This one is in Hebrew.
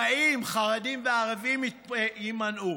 40 חרדים והערבים יימנעו.